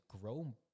grow